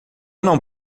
não